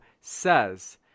says